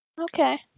okay